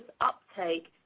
uptake